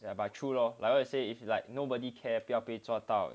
ya but like like what you say if you like nobody care 不配做到